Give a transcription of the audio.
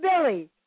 Billy